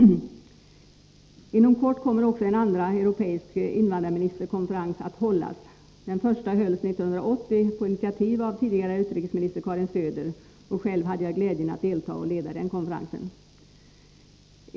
Inom kort kommer också en andra europeisk invandrarministerkonferens att hållas. Den första hölls 1980 på initiativ av tidigare utrikesminister Karin Söder, och själv hade jag glädjen att delta och leda den konferensen.